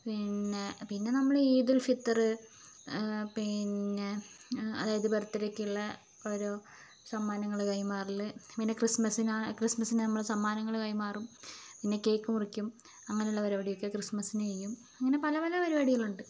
പിന്നെ പിന്നെ നമ്മൾ ഈദുൽ ഫിത്തർ പിന്നെ അതായത് ബർത്ത്ഡേയ്ക്കുള്ള ഓരോ സമ്മാനങ്ങൾ കൈമാറൽ പിന്നെ ക്രിസ്തുമസ്സിനാണ് ക്രിസ്തുമസ്സിന് നമ്മൾ സമ്മാനങ്ങൾ കൈമാറും പിന്നെ കേക്ക് മുറിക്കും അങ്ങനെയുള്ള പരിപാടിയൊക്കെ ക്രിസ്തുമസ്സിന് ചെയ്യും അങ്ങനെ പല പല പരിപാടികളുണ്ട്